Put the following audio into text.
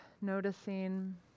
noticing